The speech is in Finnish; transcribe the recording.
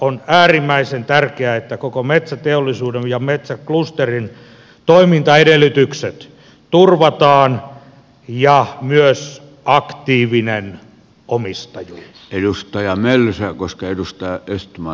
on äärimmäisen tärkeää että koko metsäteollisuuden ja metsäklusterin toimintaedellytykset turvataan ja myös aktiivinen omistajan edustaja onnellisia koska edustaa omistajuus